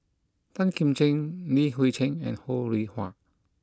Tan Kim Ching Li Hui Cheng and Ho Rih Hwa